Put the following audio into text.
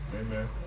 Amen